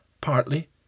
Partly